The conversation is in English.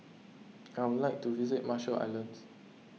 I would like to visit Marshall Islands